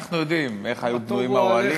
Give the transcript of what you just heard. אנחנו יודעים איך היו בנויים האוהלים ואיך הכול.